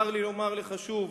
צר לי לומר לך שוב,